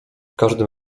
każdym